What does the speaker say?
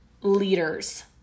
leaders